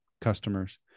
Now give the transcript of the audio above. customers